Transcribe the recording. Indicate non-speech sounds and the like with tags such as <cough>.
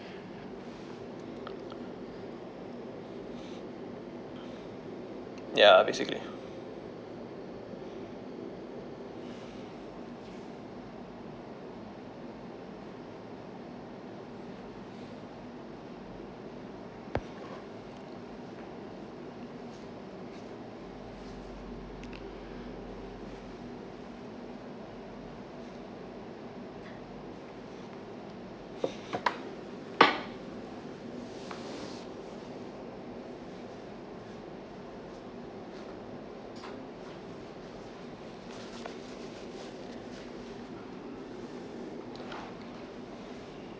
<noise> <breath> ya basically <breath> <breath>